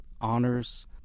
honors